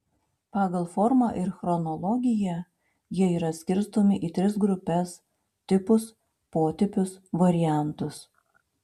pagal formą ir chronologiją jie yra skirstomi į tris grupes tipus potipius variantus